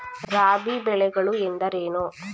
ರಾಬಿ ಬೆಳೆಗಳು ಎಂದರೇನು?